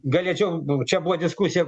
galėčiau nu čia buvo diskusija